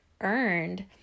earned